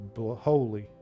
holy